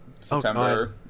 September